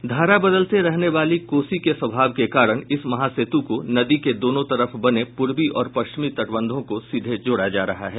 धारा बदलते रहने वाली कोसी के स्वाभाव के कारण इस महासेतु को नदी के दोनों तरफ बने पूर्वी और पश्चिमी तटबंधों को सीधे जोड़ा जा रहा है